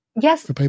Yes